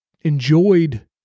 enjoyed